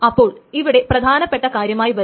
അപ്പോൾ ഇവിടെ പ്രധാനപ്പെട്ട കാര്യമായി വരുന്നത്